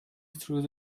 through